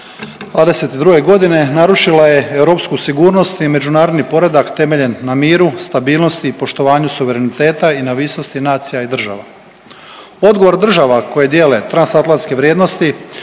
2022. g. narušila je europsku sigurnost i međunarodni poredak temeljen na miru, stabilnosti i poštovanju suvereniteta i neovisnosti nacija i država. Odgovor država koje dijele transatlantske vrijednosti,